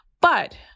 But-